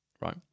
right